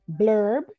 blurb